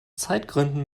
zeitgründen